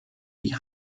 die